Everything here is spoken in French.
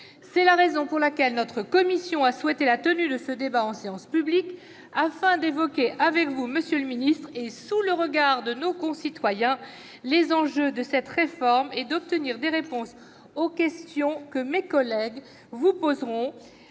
cet après-midi. Ainsi la commission a-t-elle souhaité la tenue de ce débat en séance publique, afin d'évoquer avec vous, monsieur le ministre, et sous le regard de nos concitoyens, les enjeux de cette réforme, et d'obtenir des réponses aux questions que mes collègues vous poseront.